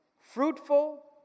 fruitful